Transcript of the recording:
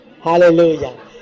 Hallelujah